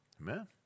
Amen